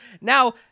Now